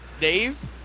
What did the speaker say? Dave